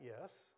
Yes